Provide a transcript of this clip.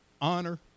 honor